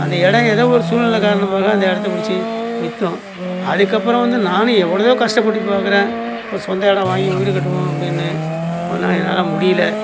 அந்த எடம் எதோ ஒரு சூழ்நிலை காரணமாக அந்த இடத்த பிடிச்சி விற்றோம் அதுக்கப்புறம் வந்து நானும் எவ்வளோவோ கஷ்டப்பட்டு பார்க்குறேன் ஒரு சொந்த எடம் வாங்கி வீடு காட்டுவோம் அப்படின்னு ஒன்றும் என்னால் முடியல